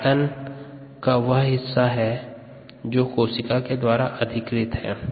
आयतन वह हिस्सा है जो कोशिका के द्वारा अधिकृत है